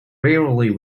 rarely